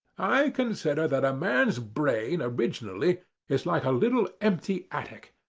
i consider that a man's brain originally is like a little empty attic,